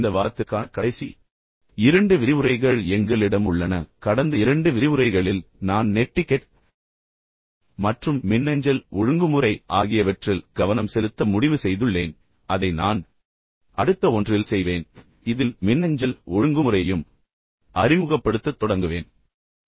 இந்த வாரத்திற்கான கடைசி இரண்டு விரிவுரைகள் எங்களிடம் உள்ளன கடந்த இரண்டு விரிவுரைகளில் நான் நெட்டிகெட் மற்றும் மின்னஞ்சல் ஒழுங்குமுறை ஆகியவற்றில் கவனம் செலுத்த முடிவு செய்துள்ளேன் அதை நான் அடுத்த ஒன்றில் செய்வேன் ஆனால் இதில் மின்னஞ்சல் ஒழுங்குமுறையையும் அறிமுகப்படுத்தத் தொடங்குவேன்